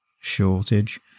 shortage